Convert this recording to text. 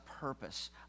purpose